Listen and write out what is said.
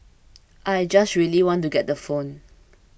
I just really want to get the phone